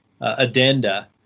addenda